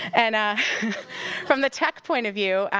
and from the tech point of view,